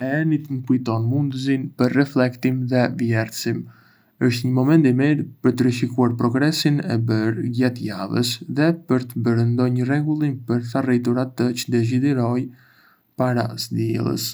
E enjtë më kujton mundësinë për reflektim dhe vlerësim. Është një moment i mirë për të rishikuar progresin e bërë gjatë javës dhe për të bërë ndonjë rregullim për të arritur atë çë dëshiroj para së dielës.